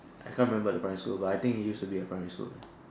I can't remember the primary school but I think it used to be a primary school ah